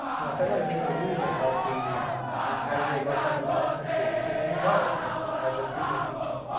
you know some of the things we're using, like the azure life cycle management tool which is in products, it's a azure premium feature.